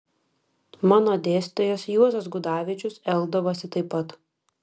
mano dėstytojas juozas gudavičius elgdavosi taip pat